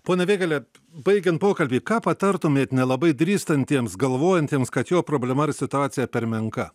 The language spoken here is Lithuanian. pone vėgėle baigiant pokalbį ką patartumėt nelabai drįstantiems galvojantiems kad jo problema ar situacija per menka